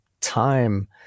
time